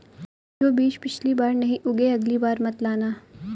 जो बीज पिछली बार नहीं उगे, अगली बार मत लाना